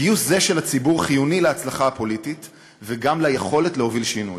גיוס זה של הציבור חיוני להצלחה הפוליטית וגם ליכולת להוביל שינוי.